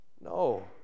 No